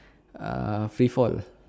ah free fall